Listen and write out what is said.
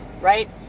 right